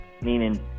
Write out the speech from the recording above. meaning